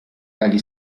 dagli